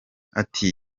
ati